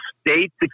state's